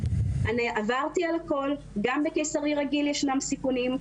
עברתי על הכול, גם בקיסרי רגיל יש סיכונים,